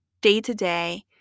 day-to-day